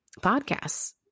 podcasts